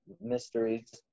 mysteries